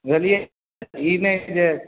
बुझलियै ई नहि जे